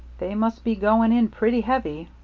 they must be going in pretty heavy.